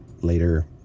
later